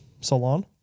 Salon